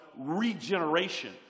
regeneration